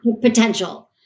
Potential